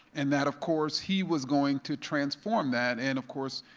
and that, of course, he was going to transform that and, of course,